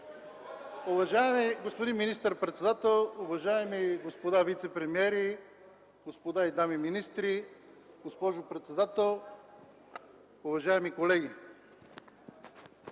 Уважаеми господин министър-председател, уважаеми господа вицепремиери, дами и господа министри, госпожо председател, уважаеми колеги!